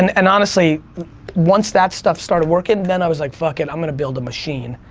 and and honestly once that stuff started working, then i was like fuck it, i'm gonna build a machine.